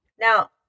Now